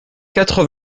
quatre